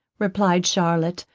replied charlotte,